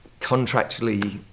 contractually